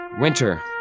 winter